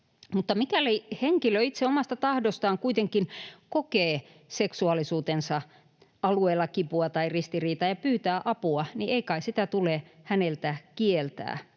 mikäli henkilö itse omasta tahdostaan kuitenkin kokee seksuaalisuutensa alueella kipua tai ristiriitaa ja pyytää apua, niin ei kai sitä tule häneltä kieltää.